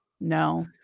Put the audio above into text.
no